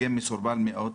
באופן אוטומטי,